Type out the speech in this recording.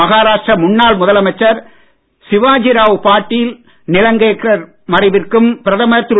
மகாராஷ்டிரா முன்னாள் முதலமைச்சர் சிவாஜிராவ் பாட்டீல் நிலங்கேக்கர் மறைவிற்கும் பிரதமர் திரு